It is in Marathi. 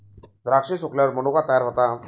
द्राक्षे सुकल्यावर मनुका तयार होतात